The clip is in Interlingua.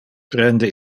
prende